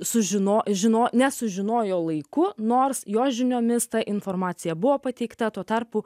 sužino žino nesužinojo laiku nors jo žiniomis ta informacija buvo pateikta tuo tarpu